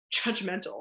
judgmental